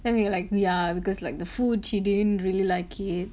then we were like yeah because like the food she didn't really like it